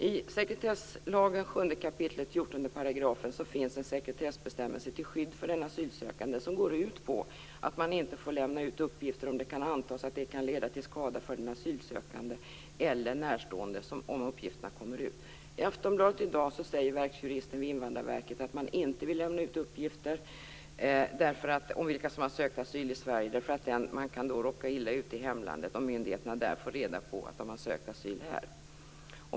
I sekretesslagen 7 kap. 14 § finns en sekretessbestämmelse till skydd för den asylsökande som går ut på att man inte får lämna ut uppgifter om det kan antas att det kan leda till skada för den asylsökande eller närstående om uppgifterna kommer ut. I Aftonbladet i dag säger verksjuristen vid Invandrarverket att man inte vill lämna ut uppgifter om vilka som har sökt asyl i Sverige därför att de då kan råka illa ut i hemlandet om myndigheterna där får reda på att de har sökt asyl här.